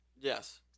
Yes